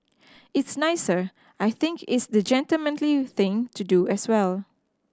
it's nicer I think it's the gentlemanly thing to do as well